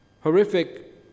Horrific